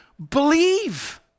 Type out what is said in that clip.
believe